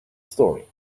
story